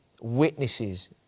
witnesses